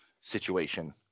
situation